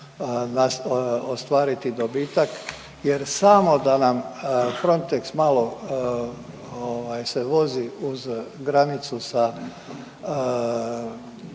ostvariti dobitak jer samo da nam Frontex malo se vozi uz granicu sa